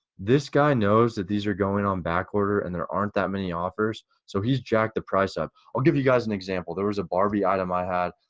this guy knows that these are going on back order and there aren't that many offers so he's jacked the price up. i'll give you guys an example there was a barbie item i had,